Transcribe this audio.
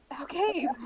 Okay